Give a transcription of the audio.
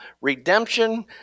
redemption